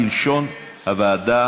כלשון הוועדה,